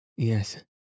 Yes